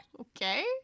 Okay